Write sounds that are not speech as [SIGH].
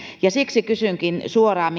siksi kysynkin suoraan [UNINTELLIGIBLE]